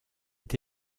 est